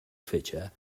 feature